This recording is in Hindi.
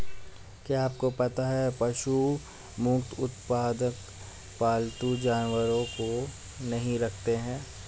क्या आपको पता है पशु मुक्त उत्पादक पालतू जानवरों को नहीं रखते हैं?